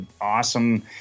awesome